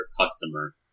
customer